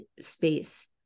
space